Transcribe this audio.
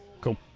Cool